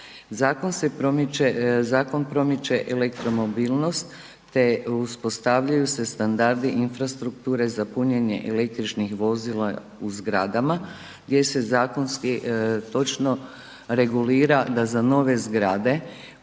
zakon promiče elektromobilnost, te uspostavljaju se standardi infrastrukture za punjenje električnih vozila u zgradama gdje se zakonski točno regulira da za nove zgrade